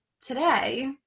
Today